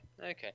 okay